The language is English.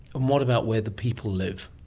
and what about where the people live?